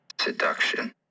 seduction